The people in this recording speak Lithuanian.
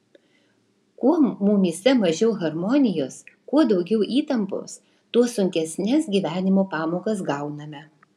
kuo mumyse mažiau harmonijos kuo daugiau įtampos tuo sunkesnes gyvenimo pamokas gauname